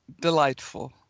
delightful